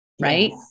right